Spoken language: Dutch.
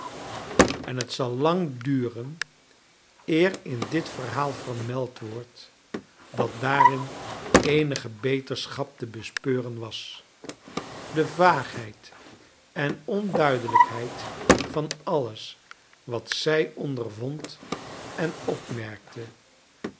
en het zal lang duren eer in dit verhaal vermeld wordt dat daarin eenige beterschap te bespeuren was de vaagheid en onduidekjkheid van alles wat zij ondervond en opmerkte